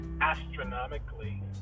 astronomically